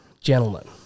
gentlemen